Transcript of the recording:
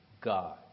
God